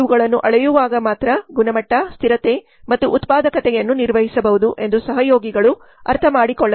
ಇವುಗಳನ್ನು ಅಳೆಯುವಾಗ ಮಾತ್ರ ಗುಣಮಟ್ಟ ಸ್ಥಿರತೆ ಮತ್ತು ಉತ್ಪಾದಕತೆಯನ್ನು ನಿರ್ವಹಿಸಬಹುದು ಎಂದು ಸಹಯೋಗಿಗಳು ಅರ್ಥಮಾಡಿಕೊಳ್ಳಬಹುದು